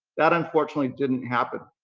that unfortunately didn't happen.